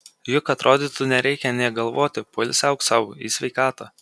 juk atrodytų nereikia nė galvoti poilsiauk sau į sveikatą